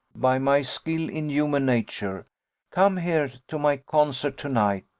by my skill in human nature come here to my concert to-night,